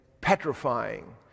petrifying